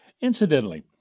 Incidentally